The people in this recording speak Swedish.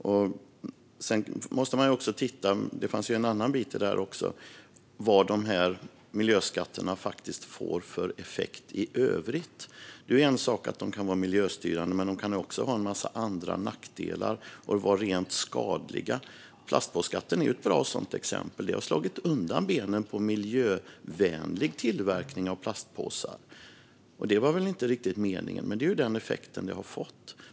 Det fanns också en annan bit här, nämligen vad miljöskatterna faktiskt får för effekt i övrigt. Det är en sak att de kan vara miljöstyrande, men de kan också ha en massa andra nackdelar och vara rent skadliga. Plastpåseskatten är ett bra sådant exempel. Den har slagit undan benen för miljövänlig tillverkning av plastpåsar. Det var väl inte riktigt meningen, men det är den effekt som den har fått.